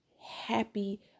happy